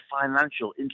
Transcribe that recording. financial